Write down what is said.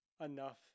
enough